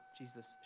Jesus